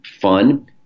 fun